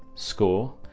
score.